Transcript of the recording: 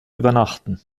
übernachten